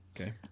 Okay